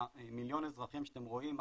מיליון האזרחים שאתם רואים,